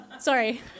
Sorry